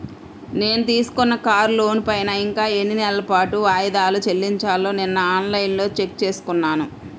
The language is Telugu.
నేను తీసుకున్న కారు లోనుపైన ఇంకా ఎన్ని నెలల పాటు వాయిదాలు చెల్లించాలో నిన్నఆన్ లైన్లో చెక్ చేసుకున్నాను